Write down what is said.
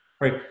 right